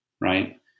Right